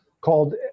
called